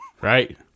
right